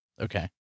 Okay